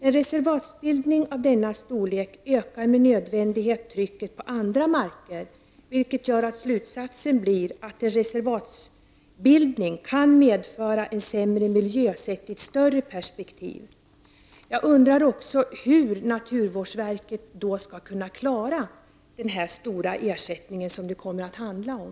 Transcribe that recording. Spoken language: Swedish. En reservatsbildning av denna storlek ökar med nödvändighet trycket på andra marker. Slutsatsen blir att en reservatsbildning kan medföra en sämre miljö sett i ett större perspektiv. Jag undrar också hur naturvårdsverket skall kunna klara den stora ersättning som det kommer att handla om.